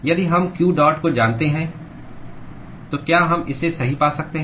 यदि हम q dot को जानते हैं तो क्या हम इसे सही पा सकते हैं